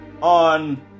on